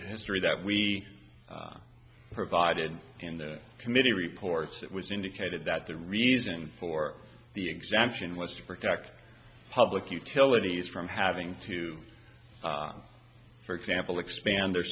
the history that we provided in the committee reports it was indicated that the reason for the exemption was to protect public utilities from having to for example expand their